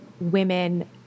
women